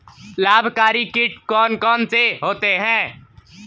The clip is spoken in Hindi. लाभकारी कीट कौन कौन से होते हैं?